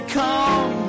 come